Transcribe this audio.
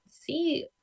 see